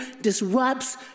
disrupts